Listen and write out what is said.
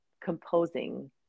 composing